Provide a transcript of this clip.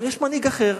אבל יש מנהיג אחר,